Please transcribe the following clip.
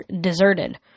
deserted